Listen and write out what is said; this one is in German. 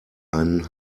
einen